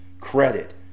credit